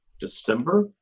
December